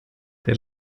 der